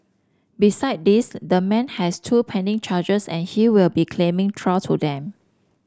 beside this the man has two pending charges and he will be claiming trial to them